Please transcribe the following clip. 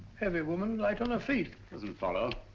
heavy woman, light on her feet. doesn't follow.